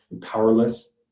powerless